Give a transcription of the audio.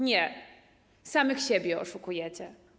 Nie, samych siebie oszukujecie.